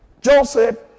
joseph